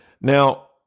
Now